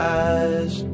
eyes